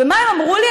ומה הם אמרו לי?